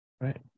Right